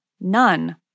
none